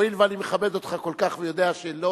הואיל ואני מכבד אותך כל כך ויודע שלא